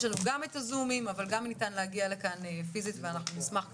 יש לנו גם את הזומים אבל גם ניתן להגיע לכאן פיזית ואנחנו נשמח כמובן,